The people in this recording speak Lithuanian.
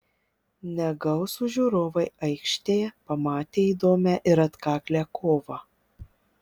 negausūs žiūrovai aikštėje pamatė įdomią ir atkaklią kovą